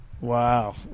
Wow